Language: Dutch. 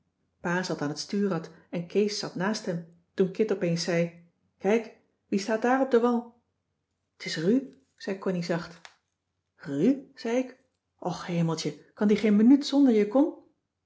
zat aan het stuurrad en kees zat naast hem toen kit op eens zei kijk wie staat daar op den wal t is ru zei connie zacht cissy van marxveldt de h b s tijd van joop ter heul ru zei ik och hemeltje kan die geen minuut zonder je con